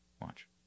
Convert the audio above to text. Watch